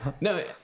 no